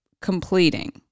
completing